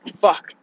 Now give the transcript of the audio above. Fuck